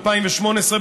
2018,